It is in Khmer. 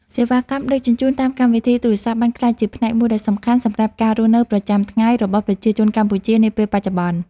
សេវាកម្មដឹកជញ្ជូនតាមកម្មវិធីទូរស័ព្ទបានក្លាយជាផ្នែកមួយដ៏សំខាន់សម្រាប់ការរស់នៅប្រចាំថ្ងៃរបស់ប្រជាជនកម្ពុជានាពេលបច្ចុប្បន្ន។